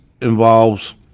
involves